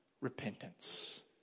repentance